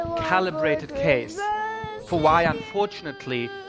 calibrated case for why, unfortunately,